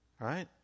right